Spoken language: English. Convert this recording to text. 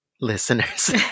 listeners